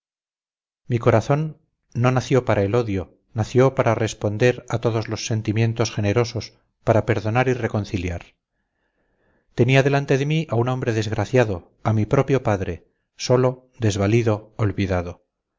mi corazón no nació para el odio nació para responder a todos los sentimientos generosos para perdonar y reconciliar tenía delante de mí a un hombre desgraciado a mi propio padre solo desvalido olvidado